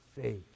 faith